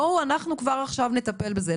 בואו אנחנו כבר עכשיו נטפל בזה,